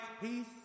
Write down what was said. peace